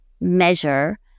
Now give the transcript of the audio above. measure